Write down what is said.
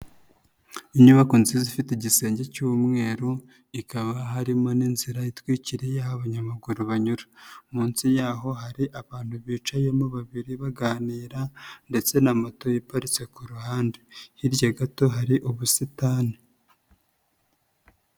Inyubako nziza ifite igisenge cy'umweru, ikaba harimo n'inzira itwikiriye aho abanyamaguru banyura, munsi yaho hari abantu bicayemo babiri baganira ndetse na moto iparitse ku ruhande, hirya gato hari ubusitani.